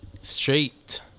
Straight